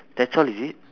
that's all is it